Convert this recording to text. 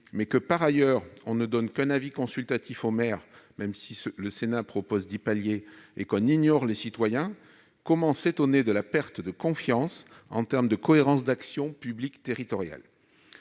Mais sachant que l'on ne donne qu'un avis consultatif aux maires, même si le Sénat propose d'y remédier, et qu'on ignore les citoyens, comment s'étonner de la perte de confiance dans la cohérence de l'action publique territoriale ?